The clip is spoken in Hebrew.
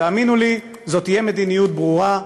תאמינו לי, זאת תהיה מדיניות ברורה: